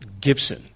Gibson